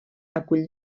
acull